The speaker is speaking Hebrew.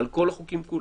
בכל החוקים כולם.